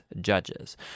judges